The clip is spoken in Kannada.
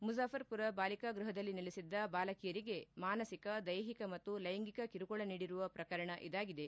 ಮುಜಾಫರ್ಪುರ ಬಾಲಿಕಾ ಗೃಹದಲ್ಲಿ ನೆಲೆಸಿದ್ದ ಬಾಲಕಿಯರಿಗೆ ಮಾನಸಿಕ ದೈಹಿಕ ಮತ್ತು ಲೈಂಗಿಕ ಕಿರುಕುಳ ನೀಡಿರುವ ಪ್ರಕರಣ ಇದಾಗಿದೆ